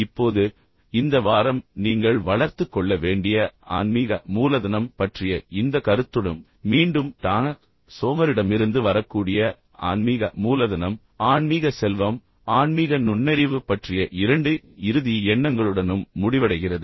இப்போது இந்த வாரம் நீங்கள் வளர்த்துக் கொள்ள வேண்டிய ஆன்மீக மூலதனம் பற்றிய இந்த கருத்துடனும் மீண்டும் டானஹ் சோஹரிடமிருந்து வரக்கூடிய ஆன்மீக மூலதனம் ஆன்மீக செல்வம் ஆன்மீக நுண்ணறிவு பற்றிய இரண்டு இறுதி எண்ணங்களுடனும் முடிவடைகிறது